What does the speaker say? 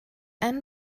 anne